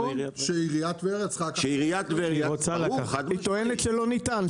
שעיריית טבריה צריכה לקחת --- היא טוענת שלא ניתן,